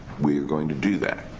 we are going to do that,